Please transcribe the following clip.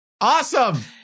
Awesome